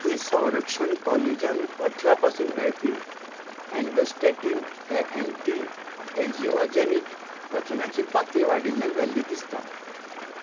ही संरक्षण कॉलेजान अठरा पासून मेळपी एन्डोस्टेटीन हें एण्टी एजिऑर्जेनीक प्रथिनाची पाती वाडिल्ल्यान जाल्ली दिसता